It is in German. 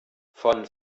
von